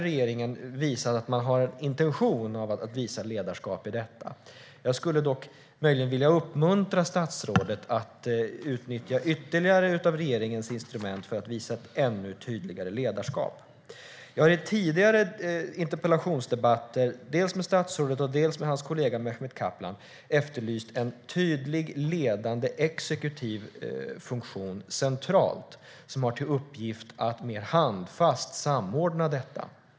Regeringen har visat att man har intentionen att visa ledarskap i detta, men låt mig uppmuntra statsrådet att utnyttja ytterligare instrument för att visa ett ännu tydligare ledarskap. Jag har i tidigare interpellationsdebatter med dels statsrådet, dels hans kollega Mehmet Kaplan efterlyst en tydlig, ledande exekutiv central funktion som har till uppgift att mer handfast samordna detta.